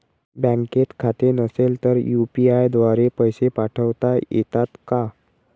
बँकेत खाते नसेल तर यू.पी.आय द्वारे पैसे पाठवता येतात का?